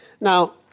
Now